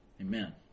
Amen